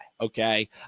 okay